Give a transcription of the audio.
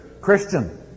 Christian